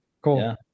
cool